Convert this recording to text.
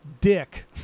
dick